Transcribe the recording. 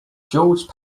george